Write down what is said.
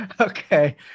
Okay